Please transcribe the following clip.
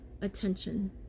attention